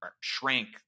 shrank